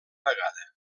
vegada